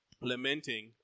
lamenting